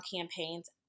campaigns